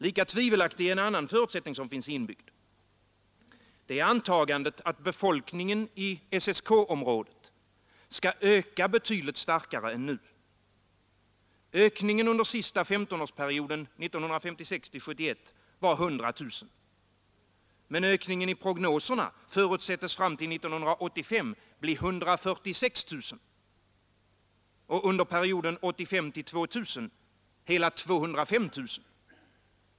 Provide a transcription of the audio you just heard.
Lika tvivelaktig är en annan förutsättning som finns inbyggd: antagandet att befolkningen i SSK-området skall öka betydligt starkare än nu. Ökningen under sista 15-årsperioden 1956—71 var 100 000. Ökningen förutsättes fram till 1985 bli 146 000 och under perioden 1985—2000 hela 205 000.